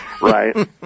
right